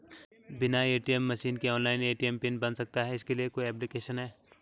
बिना ATM machine के online ATM pin बन सकता है इसके लिए कोई ऐप्लिकेशन है?